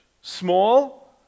Small